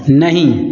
नहि